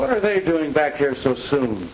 what are they doing back here so soon